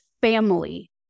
family